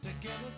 together